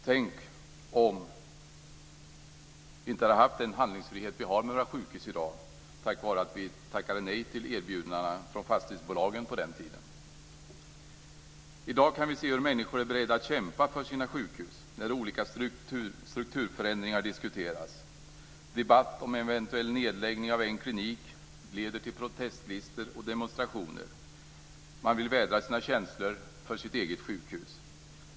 Tänk om vi inte hade haft den handlingsfrihet vi har med våra sjukhus i dag tack vare att vi tackade nej till erbjudandena från fastighetsbolagen på den tiden. I dag kan vi se hur människor är beredda att kämpa för sina sjukhus. Olika strukturförändringar diskuteras. Debatt om eventuell nedläggning av en klinik leder till protestlistor och demonstrationer. Man vill vädra sina känslor för sitt eget sjukhus.